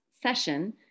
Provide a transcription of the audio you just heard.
session